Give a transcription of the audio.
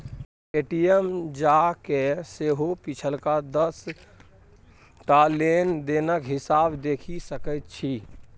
ATM जाकए सेहो पिछलका दस टा लेन देनक हिसाब देखि सकैत छी